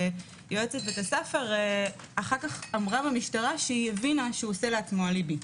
ויועצת בית הספר אמרה במשטרה שהיא הבינה שהוא עושה לעצמו אליבי.